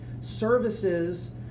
services